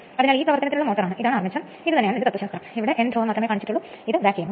ഇപ്പോൾ wound rotor case രേഖാചിത്രം പിന്നീട് കാണുക സ്റ്റേറ്ററിലെ സമാനമായ 3 ഫേസ് winding ഉണ്ട്